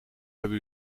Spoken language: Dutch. hebben